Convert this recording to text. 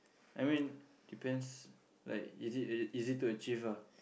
I mean depends like is it is it easy to achieve ah